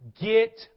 Get